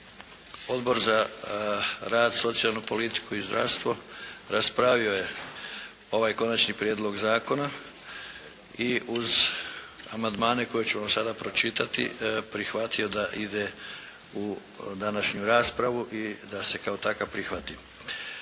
Odbor za rad, socijalnu politiku i zdravstvo raspravio je ovaj konačni prijedlog zakona i uz amandmane koje ćemo sada pročitati, prihvatio da ide u današnju raspravu i da se kao takav prihvati.